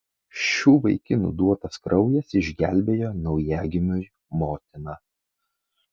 šių vaikinų duotas kraujas išgelbėjo naujagimiui motiną